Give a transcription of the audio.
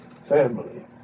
family